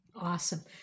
Awesome